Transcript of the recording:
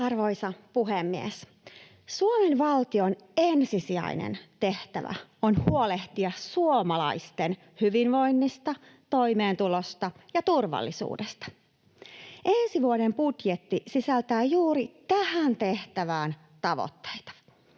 Arvoisa puhemies! Suomen valtion ensisijainen tehtävä on huolehtia suomalaisten hyvinvoinnista, toimeentulosta ja turvallisuudesta. Ensi vuoden budjetti sisältää juuri tähän tehtävään tavoitteita.